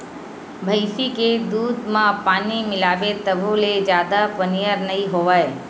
भइसी के दूद म पानी मिलाबे तभो ले जादा पनियर नइ होवय